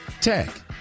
Tech